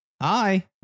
Hi